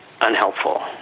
unhelpful